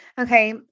Okay